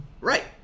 right